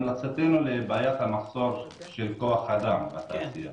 המלצתנו לבעיית המחסור בכוח אדם בתעשייה